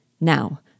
Now